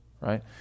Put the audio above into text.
right